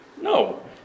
No